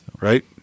Right